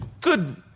good